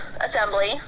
Assembly